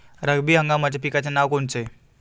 रब्बी हंगामाच्या पिकाचे नावं कोनचे?